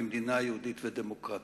במדינה יהודית ודמוקרטית.